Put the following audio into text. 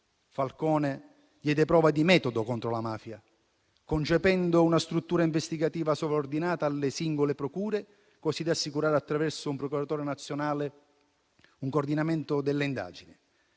Falcone diede prova di metodo contro la mafia, concependo una struttura investigativa sovraordinata alle singole procure, così da assicurare, attraverso un procuratore nazionale, un coordinamento delle indagini.